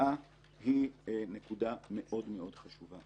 ההרתעה היא נקודה מאוד מאוד חשובה.